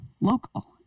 local